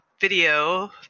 video